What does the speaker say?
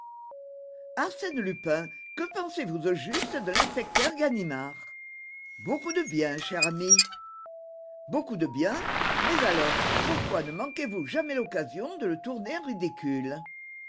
sène lupin que pensez-vous au juste de l'inspecteur ganimard beaucoup de bien cher ami beaucoup de bien mais alors pourquoi ne manquez vous jamais l'occasion de le tourner en ridicule